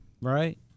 Right